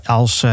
als